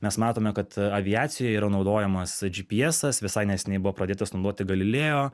mes matome kad aviacijoj yra naudojamas džipiesas visai neseniai buvo pradėtas naudoti galilėjo